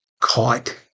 caught